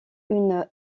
une